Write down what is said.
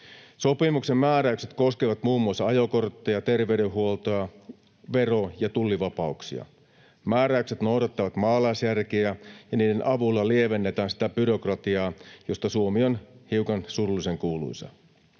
Sopimuksen määräykset koskevat muun muassa ajokortteja, terveydenhuoltoa sekä vero- ja tullivapauksia. Määräykset noudattavat maalaisjärkeä, ja niiden avulla lievennetään sitä byrokratiaa, josta Suomi on hiukan surullisenkuuluisa.